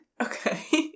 Okay